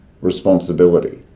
responsibility